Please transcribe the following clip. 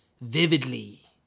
vividly